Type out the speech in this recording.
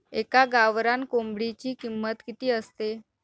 एका गावरान कोंबडीची किंमत किती असते?